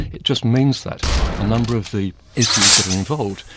it just means that a number of the issues that are involved,